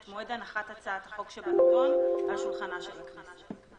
מועד הנחת הצעת החוק שבנדון על שולחנה של הכנסת.